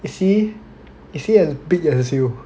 is he is he as big as you